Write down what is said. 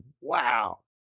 wow